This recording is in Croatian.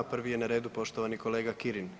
Prvi je na redu poštovani kolega Kirin.